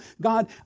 God